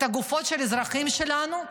את הגופות של האזרחים שלנו,